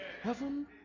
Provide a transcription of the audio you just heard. heaven